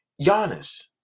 Giannis